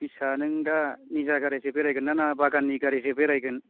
फिसा नों दा निजा गारिजों बेरायगोन ना बागाननि गारिजों बेरायगोन